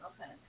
okay